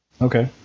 Okay